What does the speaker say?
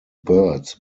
birds